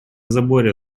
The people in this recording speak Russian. заборе